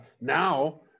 now